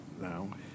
now